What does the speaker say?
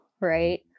right